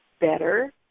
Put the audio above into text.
better